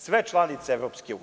Sve su članice EU.